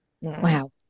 Wow